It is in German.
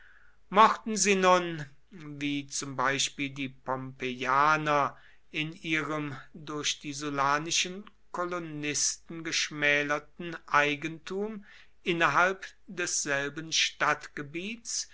mochten sie nun wie zum beispiel die pompeianer in ihrem durch die sullanischen kolonisten geschmälerten eigentum innerhalb desselben stadtgebiets